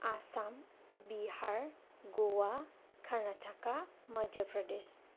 Assam Bihar Goa Karnataka Madhya Pradesh